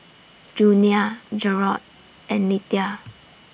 Junia Jerrod and Lethia